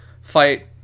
fight